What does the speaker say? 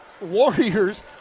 Warriors